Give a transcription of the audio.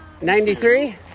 93